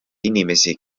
inimesi